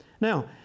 Now